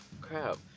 crap